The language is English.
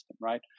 right